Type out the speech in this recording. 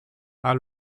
are